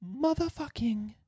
Motherfucking